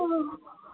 অঁ